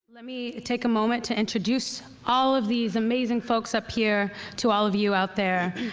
let me take a moment to introduce all of these amazing folks up here to all of you out there.